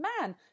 man